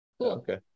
okay